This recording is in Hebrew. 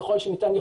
ככל שניתן,